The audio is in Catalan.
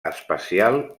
espacial